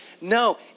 No